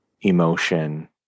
emotion